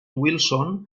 wilson